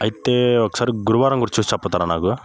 అయితే ఒకసారి గురువారం కూడా చూసి చెప్తారా నాకు